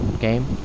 game